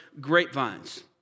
grapevines